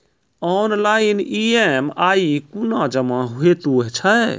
Online EMI कूना जमा हेतु छै?